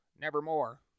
Nevermore